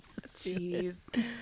Jeez